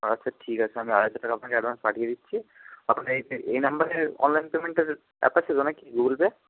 আচ্ছা ঠিক আছে আমি আড়াইশো টাকা আপনাকে অ্যাডভান্স পাঠিয়ে দিচ্ছি আপনার এই এই নাম্বারে অনলাইন পেমেন্টের অ্যাপ আছে তো না কি গুগল পে